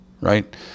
right